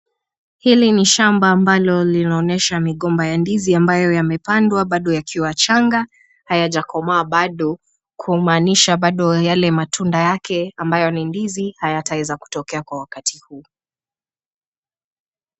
Hili ni shamba ambalo linaonyesha migomba ya ndizi ambayo yamepandwa bado yakiwa changa, hayajakomaa bado. Kumaanisha bado yake matunda yake ambayo ni ndizi hayataweza kutokea kwa wakati huu.